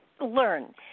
learn